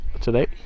today